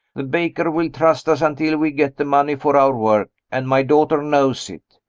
the baker will trust us until we get the money for our work and my daughter knows it.